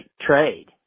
trade